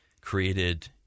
created